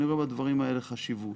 אני רואה בדברים האלה חשיבות.